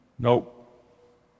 Nope